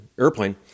airplane